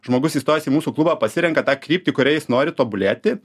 žmogus įstojęs į mūsų klubą pasirenka tą kryptį kuria jis nori tobulėti